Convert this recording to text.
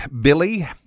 Billy